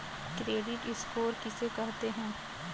Credit score किसे कहते हैं?